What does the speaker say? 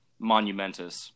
monumentous